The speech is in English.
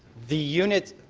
the unit